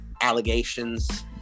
allegations